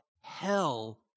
hell